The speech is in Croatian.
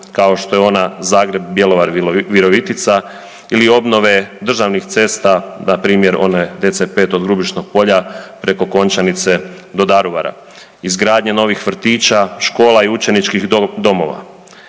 kao što je ona Zagreb-Bjelovar-Virovitica ili obnove državnih cesta npr. one DC-5 od Grubišnog Polja preko Končanice do Daruvara, izgradnje novih vrtića, škola i učeničkih domova.